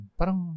Parang